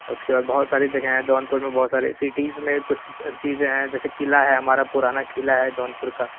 उसके बाद बहुत सारी जगह हैं जौनपुर में बहुत सारी सिटीज में कुछ चीज़ें है जैसे किला है हमारा पुराना किला है जौनपुर का